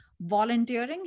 Volunteering